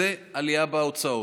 זאת עלייה בהוצאות,